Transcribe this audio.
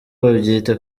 babyita